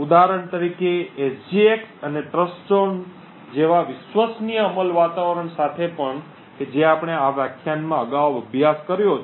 ઉદાહરણ તરીકે SGX અને ટ્રસ્ટઝોન જેવા વિશ્વસનીય અમલ વાતાવરણ સાથે પણ કે જે આપણે આ વ્યાખ્યાનમાં અગાઉ અભ્યાસ કર્યો છે